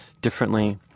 differently